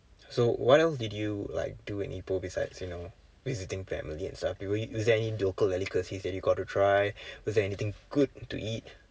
so what else did you like do in ipoh besides you know visiting family and stuff were you was there any local delicacies that you got to try was there anything good to eat